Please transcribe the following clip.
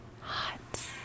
hot